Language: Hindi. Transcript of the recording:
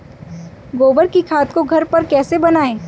गोबर की खाद को घर पर कैसे बनाएँ?